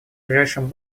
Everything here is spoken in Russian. ближайшем